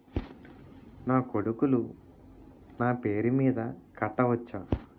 నా కొడుకులు నా పేరి మీద కట్ట వచ్చా?